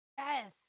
Yes